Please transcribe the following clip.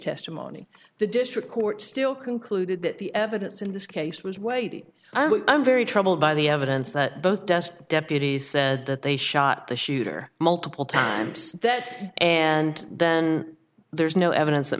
testimony the district court still concluded that the evidence in this case was weighty i'm very troubled by the evidence that both does deputies said that they shot the shooter multiple times that and then there's no evidence that